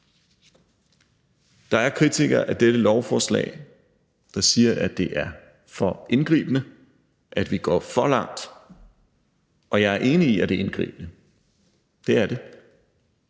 Der er kritikere af dette lovforslag, der siger, at det er for indgribende, at vi går for langt, og jeg er enig i, at det er indgribende – det er det